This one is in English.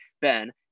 Ben